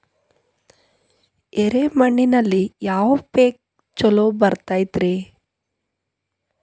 ಎರೆ ಮಣ್ಣಿನಲ್ಲಿ ಯಾವ ಪೇಕ್ ಛಲೋ ಬರತೈತ್ರಿ?